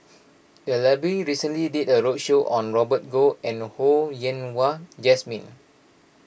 the library recently did a roadshow on Robert Goh and Ho Yen Wah Jesmine